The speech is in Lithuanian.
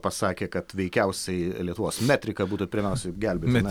pasakė kad veikiausiai lietuvos metrika būtų pirmiausia gelbėjama